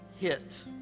Hit